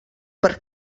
per